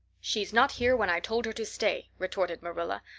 she's not here when i told her to stay, retorted marilla.